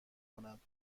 کند